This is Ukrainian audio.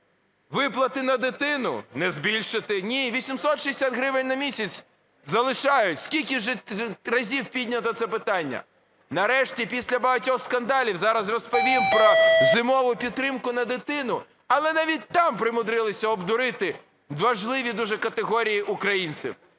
виплати на дитину не збільшити. Ні, 860 гривень на місяць залишають. Скільки разів піднято це питання? Нарешті, після багатьох скандалів, зараз розповім про зимову підтримку на дитину, але навіть там примудрились обдурити важливі дуже категорії українців.